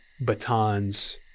batons